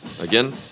Again